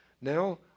Now